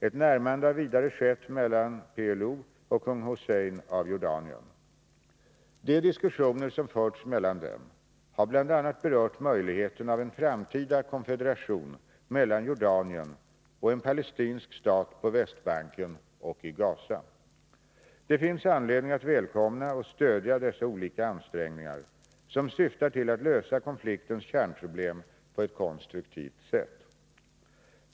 Ett närmande har vidare skett mellan PLO och kung Hussein av Jordanien. De diskussioner som förts dem emellan har bl.a. berört möjligheten av en framtida konfederation mellan Jordanien och en palestinsk stat på Västbanken och i Gaza. Det finns anledning att välkomna och stödja dessa olika ansträngningar, som syftar till att lösa konfliktens kärnproblem på ett konstruktivt sätt.